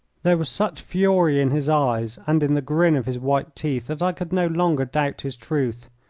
there was such fury in his eyes and in the grin of his white teeth that i could no longer doubt his truth,